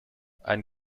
ein